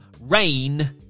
rain